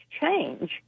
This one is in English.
change